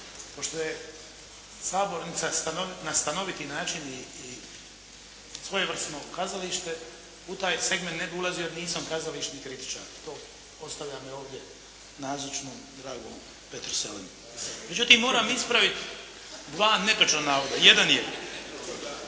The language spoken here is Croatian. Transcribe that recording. Pošto je sabornica na stanoviti način i svojevrsno kazalište u taj segment ne bih ulazio jer nisam kazališni kritičar. To ostavljam ovdje nazočnom dragom Petru Selemu. Međutim, moram ispraviti dva netočna navoda. Jedan je,